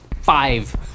Five